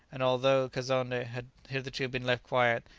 and although kazonnde had hitherto been left quiet,